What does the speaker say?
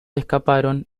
escaparon